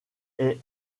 est